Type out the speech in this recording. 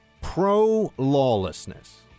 pro-lawlessness